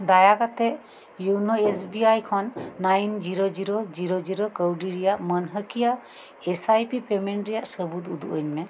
ᱫᱟᱭᱟ ᱠᱟᱛᱮᱫ YONO S B I ᱠᱷᱚᱱ nine zero zero zero zero ᱠᱟᱣᱰᱤ ᱨᱮᱱᱟᱜ ᱢᱟᱱᱦᱟᱹᱠᱤᱭᱟᱹ ᱮᱥ ᱟᱭ ᱯᱤ ᱯᱮᱢᱮᱱᱴ ᱨᱮᱱᱟᱜ ᱥᱟᱹᱵᱩᱫᱽ ᱩᱫᱩᱜ ᱟᱹᱧᱢᱮ